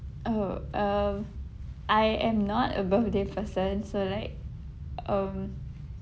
oh uh I am not a birthday person so like um